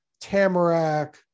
Tamarack